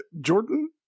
Jordan